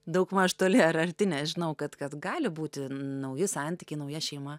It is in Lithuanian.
daugmaž toli ar arti nes žinau kad kad gali būti nauji santykiai nauja šeima